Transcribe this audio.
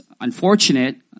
unfortunate